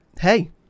Hey